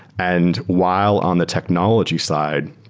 and while on the technology side,